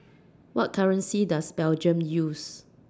What currency Does Belgium use